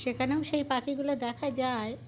সেখানেও সেই পাখিগুলো দেখা যায়